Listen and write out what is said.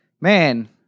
man